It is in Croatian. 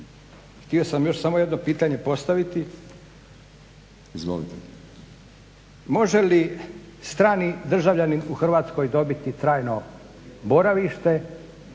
Htio sam još samo jedno pitanje postaviti može li strani državljanin u Hrvatskoj dobiti trajno boravište,